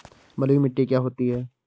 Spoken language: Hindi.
बलुइ मिट्टी क्या होती हैं?